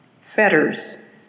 fetters